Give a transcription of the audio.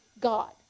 God